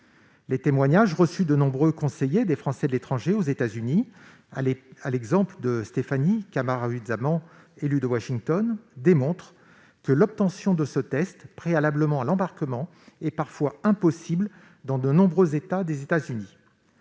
Les témoignages de nombreux conseillers des Français de l'étranger, aux États-Unis, à l'exemple de celui de Stéphanie Kamaruzzaman, élue de Washington, montrent que l'obtention de ce test préalablement à l'embarquement est parfois impossible dans de nombreux États des États-Unis.